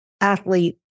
athlete